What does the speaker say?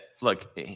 look